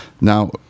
now